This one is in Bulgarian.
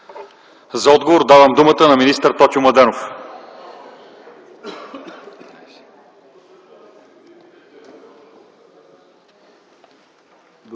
За отговор давам думата на министър Тотю Младенов.